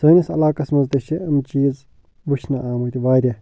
سٲنِس علاقس منٛز تہِ چھ یِم چیٖز وٕچھنہٕ آمٕتۍ واریاہ